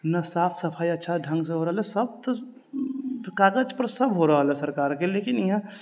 न साफ सफाइ अच्छा ढङ्ग से हो रहल है सभ तऽ कागज पर सभ हो रहल है सरकार के लेकिन इहाँ